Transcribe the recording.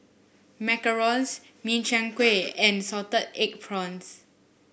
Macarons Min Chiang Kueh and Salted Egg Prawns